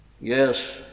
Yes